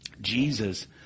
Jesus